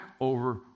over